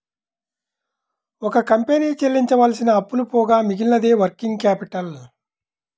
ఒక కంపెనీ చెల్లించవలసిన అప్పులు పోగా మిగిలినదే వర్కింగ్ క్యాపిటల్